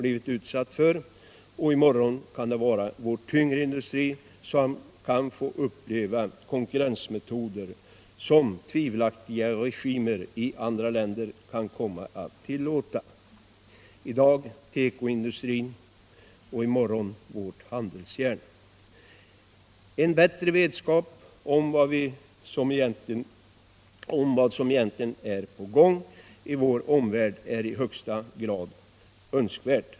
I morgon kan det vara vår tyngre industri som kan få uppleva konkurrensmetoder som tvivelaktiga regimer i andra länder kan komma att tillåta. I dag tekoindustrin — i morgon vårt handelsjärn. En bättre vetskap om vad som egentligen är på gång i vår omvärld är i högsta grad önskvärd.